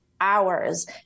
hours